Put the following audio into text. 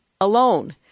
alone